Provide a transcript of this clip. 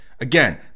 Again